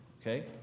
Okay